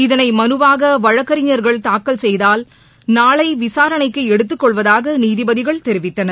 இதனை மனுவாக வழக்கறிஞர்கள் தாக்கல் செய்தால் நாளை விசாரணைக்கு எடுத்துக்கொள்வதாக நீதிபதிகள் தெரிவித்தனர்